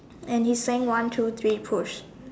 and he's saying one two three push